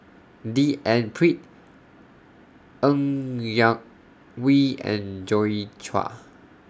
D N Pritt Ng Yak Whee and Joi Chua